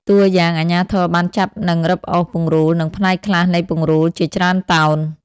តួយ៉ាង អាជ្ញាធរបានចាប់និងរឹបអូសពង្រូល និងផ្នែកខ្លះនៃពង្រូលជាច្រើនតោន។